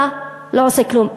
אתה לא עושה כלום.